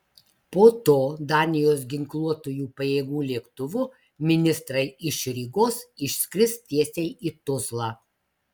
po to danijos ginkluotųjų pajėgų lėktuvu ministrai iš rygos išskris tiesiai į tuzlą